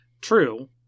True